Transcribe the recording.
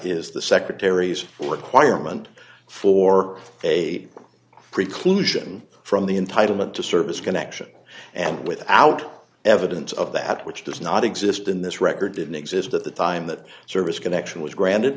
is the secretaries or requirement for a preclusion from the entitlement to service connection and without evidence of that which does not exist in this record didn't exist at the time that service connection was granted